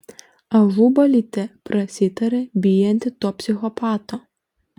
ažubalytė prasitarė bijanti to psichopato